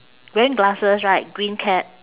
wearing glasses right green cap